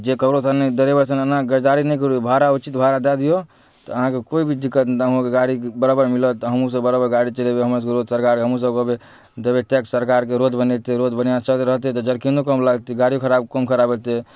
जे कहलहुँ से नहि ड्राइवर साहब एना गजदारी नहि करू भाड़ा उचित भाड़ा दै दियौ तऽ अहाँके कोइ भी दिक्कत नहि अहाँके गाड़ी बराबर मिलत हमहुँ सब बराबर गाड़ी चलेबै हमरा सबके रोज सरकार हमहुँ सब कहबै देबै टैक्स सरकारके रोड बनेतै रोड रहतै तऽ जर्किंगो कम लागतै गाड़ियों खराब कम खराब हेतै